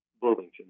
Bloomington